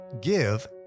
give